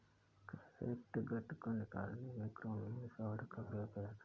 catgut को निकालने में क्रोमियम सॉल्ट का प्रयोग किया जाता है